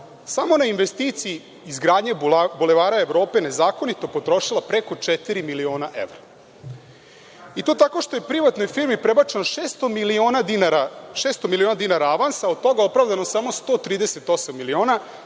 samo na investiciji izgradnje Bulevara Evrope nezakonito potrošila preko četiri miliona evra, i to tako što je privatnoj firmi prebačeno 600 miliona dinara avansa, a od toga opravdano samo 138 miliona,